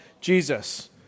Jesus